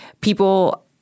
people